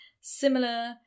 similar